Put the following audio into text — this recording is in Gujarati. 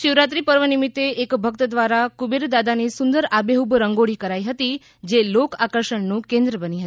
શિવરાત્રી પર્વ નિમિત્તે એક ભક્ત દ્વારા કુબેર દાદાની સુંદર આબેહૂબ રંગોળી કરાઈ હતી જે લોક આકર્ષણનું કેન્દ્ર બની હતી